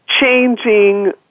changing